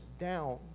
down